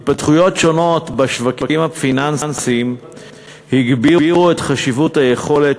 התפתחויות שונות בשווקים הפיננסיים הגבירו את חשיבות היכולת